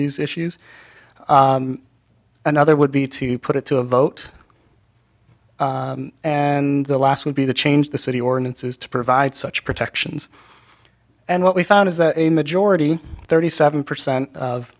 these issues another would be to put it to a vote and the last would be to change the city ordinances to provide such protections and what we found is that a majority thirty seven percent of